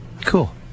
Cool